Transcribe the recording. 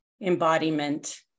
embodiment